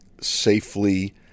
safely